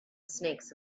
snakes